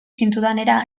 zintudanera